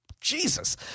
jesus